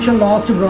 lost